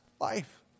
life